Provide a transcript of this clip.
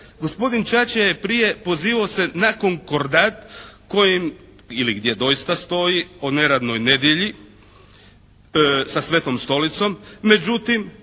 Gospodina Čačija je prije pozivao se na konkordat kojim ili gdje doista stoji o neradnoj nedjelji sa Svetom stolicom, međutim